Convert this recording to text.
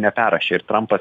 neperrašė ir trampas